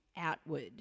outward